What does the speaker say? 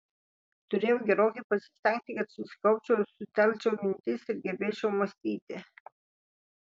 turėjau gerokai pasistengti kad susikaupčiau sutelkčiau mintis ir gebėčiau mąstyti